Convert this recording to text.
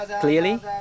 clearly